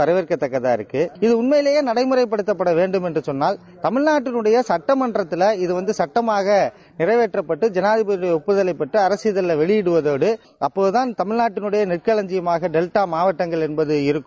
வரவேற்கத்தக்கதா இருக்கு இது உண்மையிலே நடைமுறைப்படுத்தப்பட வேண்டும் என்று சொன்னால் தமிழ்நாட்டினுடைய சட்டமன்றத்துல இதுவந்து சட்டமாக நிறைவேற்றப்பட்டு ஜனாதிபதியோட ஒப்புதலைப் பெற்று அரசிதழ்ல வெளியிடுவதோடு அப்டோதுதான் தமிழ்நாட்டின் நெற்களஞ்சியமாக டெல்டா மாவட்டம் என்பது இருக்கும்